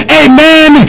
amen